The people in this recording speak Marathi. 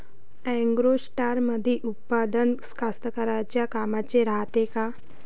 ॲग्रोस्टारमंदील उत्पादन कास्तकाराइच्या कामाचे रायते का?